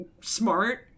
smart